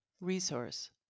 resource